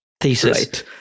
thesis